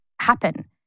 happen